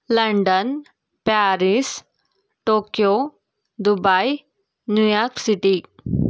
London Paris Tokyo Dubai New York city